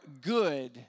good